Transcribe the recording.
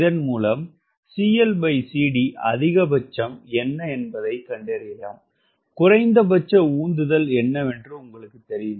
இதன் மூலம் cl cd அதிகபட்சம் என்ன என்பதைக் கண்டறியலாம் குறைந்தபட்ச உந்துதல் என்னவென்று உங்களுக்குத் தெரியும்